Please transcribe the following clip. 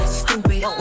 stupid